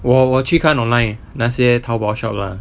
我我去看 online 那些 taobao shop lah